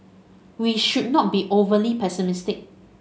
we should not be overly pessimistic